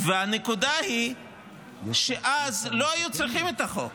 גם בעקבות ההצעה הזאת היה אחר כך דיון בוועדת חוץ וביטחון,